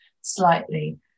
slightly